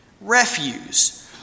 Refuse